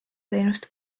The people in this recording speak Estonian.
teenust